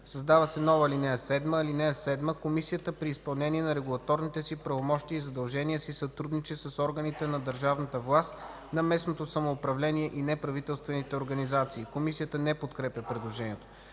Създава се нова ал. 7: „(7) Комисията при изпълнение на регулаторните си правомощия и задължения си сътрудничи с органите на държавната власт, на местното самоуправление и неправителствените организации.” Комисията не подкрепя предложението.